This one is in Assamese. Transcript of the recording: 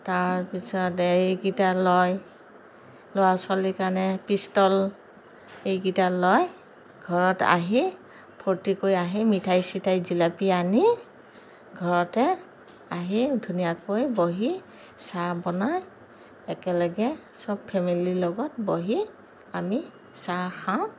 তাৰ পিছতে এইকেইটা লয় ল'ৰা ছোৱালীৰ কাৰণে পিষ্টল এইকেইটা লয় ঘৰত আহি ফূৰ্তি কৰি আহি মিঠাই চিঠাই জেলেপী আনি ঘৰতে আহি ধুনীয়াকৈ বহি চাহ বনাই একেলগে চব ফেমিলিৰ লগত বহি আমি চাহ খাওঁ